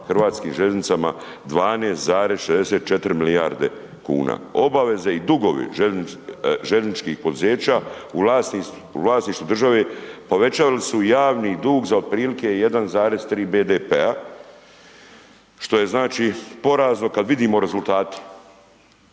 12,64 milijarde kuna, obaveze i dugovi željezničkih poduzeća u vlasništvu države povećali su javni dug za otprilike 1,3 BDP-a što je znači porazno kad vidimo rezultate.